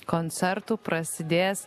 koncertu prasidės